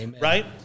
right